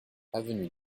avenue